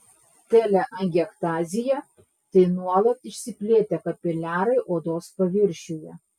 teleangiektazija tai nuolat išsiplėtę kapiliarai odos paviršiuje